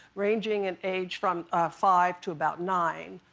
ranging in age from five to about nine.